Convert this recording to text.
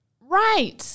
Right